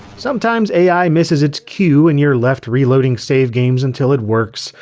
sometimes ai misses its cue and you're left reloading save games until it works,